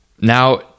Now